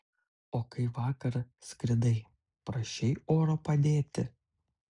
o kai vakar skridai prašei oro padėti